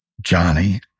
Johnny